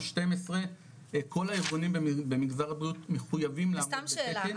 או 12. כל הארגונים במגזר הבריאות מחויבים לעמוד בתקן.